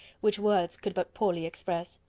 which words could but poorly express.